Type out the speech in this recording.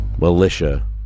militia